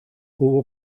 hubo